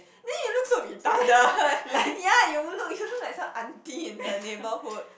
then you look so retarded ya and you'll look you look like some auntie in the neighborhood